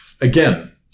again